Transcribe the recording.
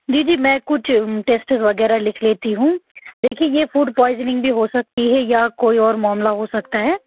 جی جی میں کچھ ٹیسٹ وغیرہ لکھ لیتی ہوں لیکن یہ فوڈ پوائزننگ بھی ہو سکتی ہے یا کوئی اور معاملہ ہو سکتا ہے